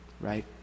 right